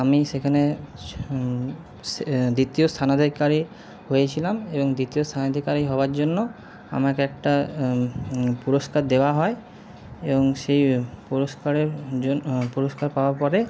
আমি সেখানে দ্বিতীয় স্থানাধিকারী হয়েছিলাম এবং দ্বিতীয় স্থানাধিকারী হওয়ার জন্য আমাকে একটা পুরস্কার দেওয়া হয় এবং সেই পুরস্কারের পুরস্কার পাওয়ার পরে